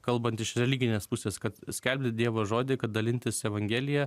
kalbant iš religinės pusės kad skelbti dievo žodį kad dalintis evangelija